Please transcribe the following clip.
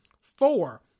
Four